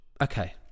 Okay